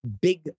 big